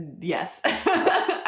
Yes